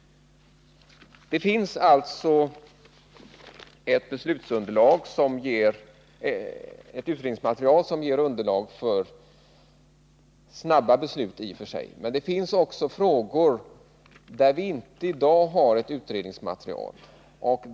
Här föreligger alltså ett begränsat utredningsmaterial som ger underlag för vissa snabba beslut, men i sammanhanget finns också frågor för vilka vi saknar ett utredningsmaterial.